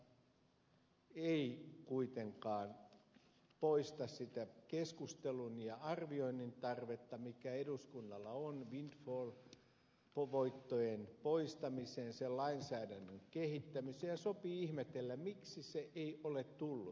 tämä ei kuitenkaan poista sitä keskustelun ja arvioinnin tarvetta mikä eduskunnalla on windfall voittojen poistamiseen sen lainsäädännön kehittämiseen ja sopii ihmetellä miksi sitä ei ole tullut